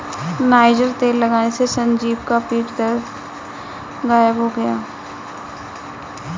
niger तेल लगाने से संजीव का पीठ दर्द गायब हो गया